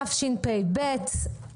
התשפ"ב-2022,